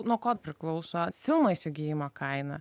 nuo ko priklauso filmo įsigijimo kaina